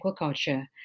Aquaculture